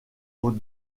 aux